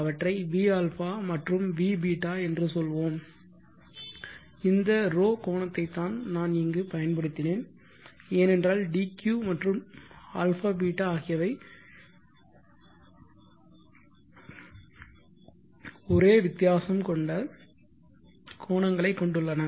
அவற்றை vα மற்றும் vβ என்று சொல்வோம் இந்த ρ கோணத்தைதான் நான் இங்கு பயன்படுத்தினேன் ஏனென்றால் dq மற்றும் αβ ஆகியவை ஒரே வித்தியாசம் கொண்ட கோணங்களைக் கொண்டுள்ளன